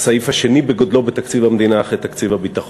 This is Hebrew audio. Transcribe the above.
הסעיף השני בגודלו בתקציב המדינה אחרי תקציב הביטחון.